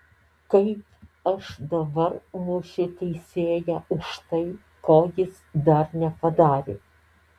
kaip aš dabar mušiu teisėją už tai ko jis dar nepadarė